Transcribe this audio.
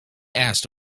asked